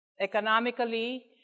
economically